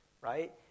right